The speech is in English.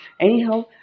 Anyhow